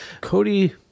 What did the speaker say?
Cody